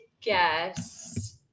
guess